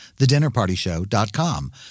thedinnerpartyshow.com